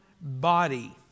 body